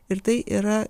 ir tai yra